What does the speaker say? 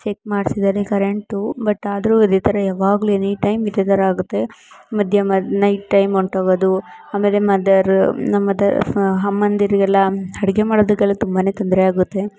check ಮಾಡ್ಸಿದ್ದಾರೆ current but ಆದರೂ ಅದೇ ಥರ ಯಾವಾಗಲೂ ಎನಿ ಟೈಮ್ ಇದೇ ಥರ ಆಗುತ್ತೆ ಮಧ್ಯೆ ಮ ನೈಟ್ ಟೈಮ್ ಹೊಂಟೋಗದು ಆಮೇಲೆ ಮದರು ನಮ್ಮ ಮದರ್ ಅಮ್ಮಂದಿರ್ಗೆಲ್ಲ ಅಡ್ಗೆ ಮಾಡೋದಕ್ಕೆಲ್ಲ ತುಂಬಾ ತೊಂದರೆ ಆಗುತ್ತೆ